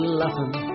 laughing